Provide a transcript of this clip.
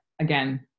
again